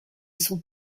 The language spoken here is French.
sont